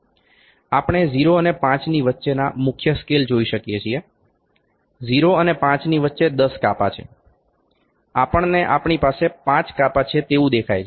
આપણે 0 અને 5 ની વચ્ચેના મુખ્ય સ્કેલ જોઈ શકીએ છીએ 0 અને 5 ની વચ્ચે 10 કાપા છે આપણને આપણી પાસે 5 કાપા છે તેવું દેખાય છે